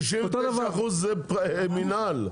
לא, 99% זה מינהל.